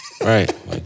Right